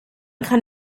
kann